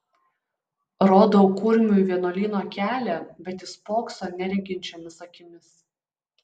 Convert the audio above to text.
rodau kurmiui vienuolyno kelią bet jis spokso nereginčiomis akimis